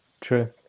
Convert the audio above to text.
True